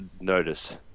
notice